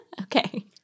Okay